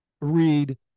read